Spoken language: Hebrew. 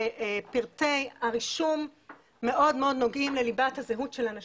שפרטי הרישום מאוד מאוד נוגעים לליבת הזהות של אנשים,